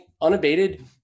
unabated